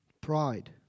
Pride